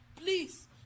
Please